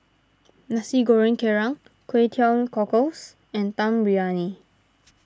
Nasi Goreng Kerang Kway Teow Cockles and Dum Briyani